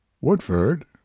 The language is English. Woodford